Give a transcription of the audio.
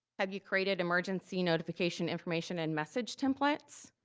have you created emergency notification information and message templates?